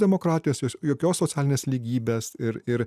demokratijos jos jokios socialinės lygybės ir ir